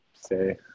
say